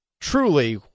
truly